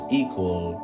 equal